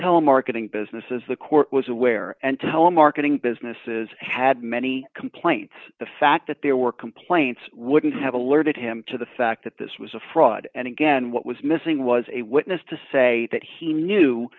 telemarketing business is the court was aware and telemarketing businesses had many complaints the fact that there were complaints would have alerted him to the fact that this was a fraud and again what was missing was a witness to say that he knew